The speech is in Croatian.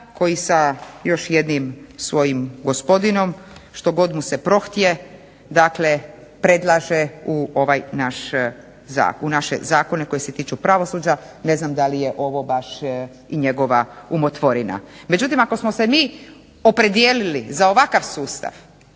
koji sa još jednim svojim gospodinom što god mu se prohtje predlaže u naše zakone koji se tiču pravosuđa. Ne znam da li je ovo baš i njegova umotvorina. Međutim, ako smo se mi opredijelili za ovakav sustav